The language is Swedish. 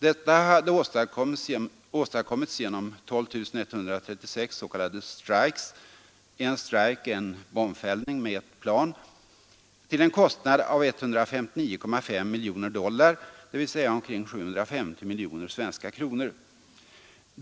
Detta hade åstadkommits genom 12 136 s.k. strikes — ”strike” är en bombfällning med ett plan — till en kostnad av 159,5 miljoner dollar, dvs. omkring 750 miljoner svenska kronor.